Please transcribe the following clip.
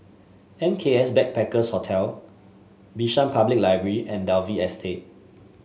M K S Backpackers Hostel Bishan Public Library and Dalvey Estate